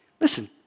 listen